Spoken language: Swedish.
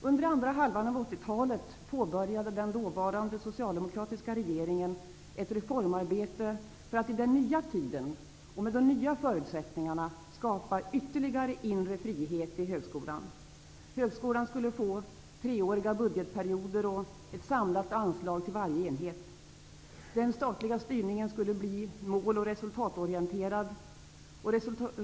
Under andra halvan av 80-talet påbörjade den dåvarande socialdemokratiska regeringen ett reformarbete, för att i den nya tiden och med de nya förutsättningarna skapa ytterligare inre frihet i högskolan. Högskolan skulle få treåriga budgetperioder och ett samlat anslag till varje enhet. Den statliga styrningen skulle bli mål och resultatorienterad.